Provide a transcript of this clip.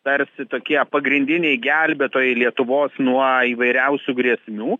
tarsi tokie pagrindiniai gelbėtojai lietuvos nuo įvairiausių grėsmių